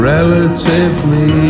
Relatively